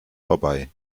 vorbei